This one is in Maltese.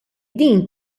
din